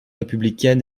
républicaine